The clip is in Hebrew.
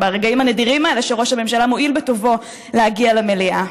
ברגעים הנדירים האלה שראש הממשלה מואיל בטובו להגיע למליאה: